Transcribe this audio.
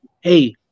hey